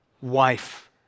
wife